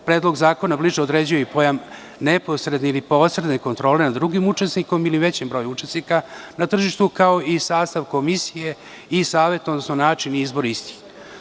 Predlog zakona bliže određuje i pojam neposredne ili posredne kontrole nad drugim učesnikom ili većem broju učesnika na tržištu, kao i sastav komisije i savet, odnosno način izbor istih.